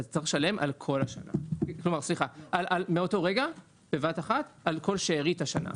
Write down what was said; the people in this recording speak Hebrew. אתה צריך לשלם מאותו רגע בבת-אחת על כל שארית השנה.